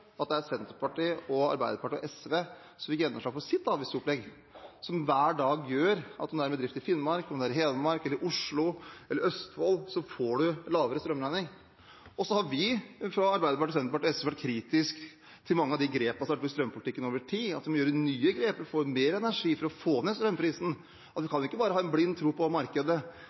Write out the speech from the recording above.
at det er Senterpartiet, Arbeiderpartiet og SV som fikk gjennomslag for sitt avgiftsopplegg, som hver dag gjør at om man eier en bedrift i Finnmark, i Hedmark, i Oslo eller i Østfold, får man lavere strømregning. Så har vi i Arbeiderpartiet, Senterpartiet og SV vært kritiske til mange av de grepene som har vært tatt i strømpolitikken over tid. Man må ta nye grep for å få ut mer energi og få ned strømprisen, man kan ikke bare ha en blind tro på markedet.